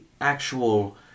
actual